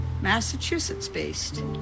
Massachusetts-based